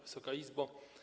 Wysoka Izbo!